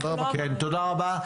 תודה רבה.